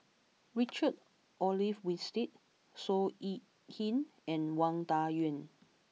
Richard Olaf Winstedt Seow Yit Kin and Wang Dayuan